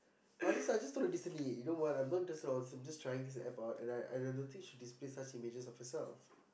I was I just told her decently you know what I'm not interested in all this I'm just trying this App out and I and I don't think she display such images of herself